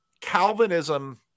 Calvinism